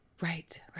Right